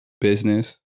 business